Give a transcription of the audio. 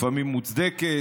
לפעמים מוצדקת,